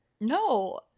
No